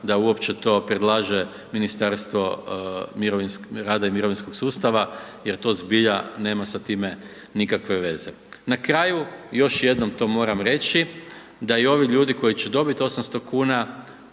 da uopće to predlaže Ministarstvo rada i mirovinskog sustava jer to zbilja nema sa time nikakve veze. Na kraju još jednom to moram reći, da i ovi ljudi koji će dobiti 800 kn,